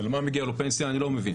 על מה מגיע לו פנסיה אני לא מבין,